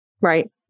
Right